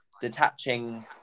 detaching